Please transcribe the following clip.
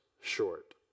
short